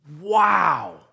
Wow